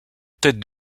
tête